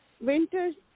Winters